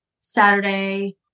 Saturday